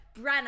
Brenna